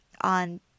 on